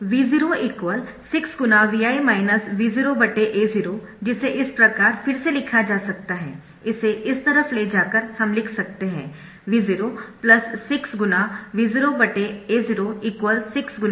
तो V0 6 ×Vi V0A0 जिसे इस प्रकार फिर से लिखा जा सकता है इसे इस तरफ ले जाकर हम लिख सकते है V0 6×V0A0 6 × Vi